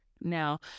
now